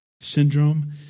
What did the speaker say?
syndrome